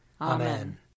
Amen